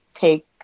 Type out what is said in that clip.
take